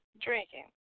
drinking